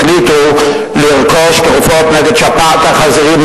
החליטו לרכוש תרופות נגד שפעת החזירים,